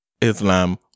Islam